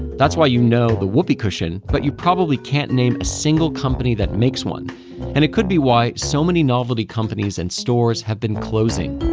that's why you know the whoopee cushion, but probably can't name a single company that makes one and it could be why so many novelty companies and stores have been closing